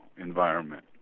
environment